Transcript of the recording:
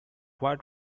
what